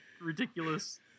ridiculous